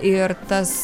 ir tas